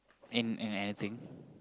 in in anything